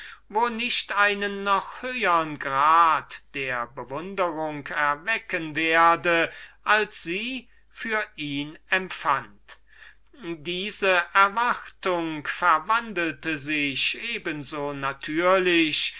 wo nicht einen noch höhern grad der bewunderung erwecken werde als sie für ihn empfand diese erwartung verwandelte sich eben so natürlich